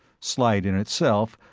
slight in itself,